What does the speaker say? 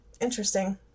Interesting